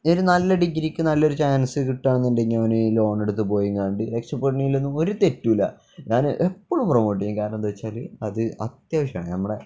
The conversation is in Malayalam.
ഇ ഒരു നല്ല ഡിഗ്രിക്ക് നല്ലൊരു ചാൻസ് കിട്ടുകയാണെന്നുണ്ടെങ്കില് അവന് ഈ ലോണെടുത്ത് പോയിക്കൊണ്ട് രക്ഷപ്പെടുന്നതിലൊന്നും ഒരു തെറ്റുമില്ല ഞാന് എപ്പോഴും പ്രൊമോട്ട് ചെയ്യും കാരണം എന്താണെന്നുവച്ചാല് അത് അത്യാവശ്യമാണ് നമ്മുടെ